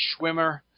Schwimmer